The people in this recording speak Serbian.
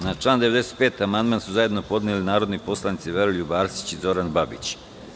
Na član 95. amandman su zajedno podneli narodni poslanici Veroljub Arsić i Zoran Babić.